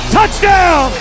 Touchdown